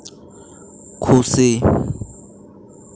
ᱠᱷᱩᱥᱤ